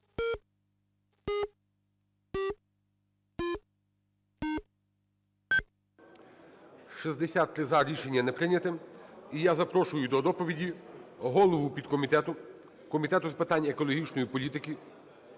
За-63 Рішення не прийнято. І я запрошую до доповіді голову підкомітету Комітету з питань екологічної політики